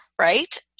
right